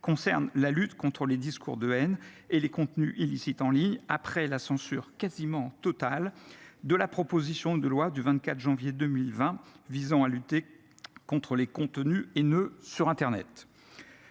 concernent la lutte contre les discours de haine et les contenus illicites en ligne. Ils faisaient suite à la censure quasiment totale de la loi du 24 juin 2020 visant à lutter contre les contenus haineux sur internet.